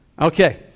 Okay